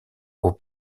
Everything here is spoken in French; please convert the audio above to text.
aux